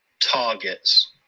targets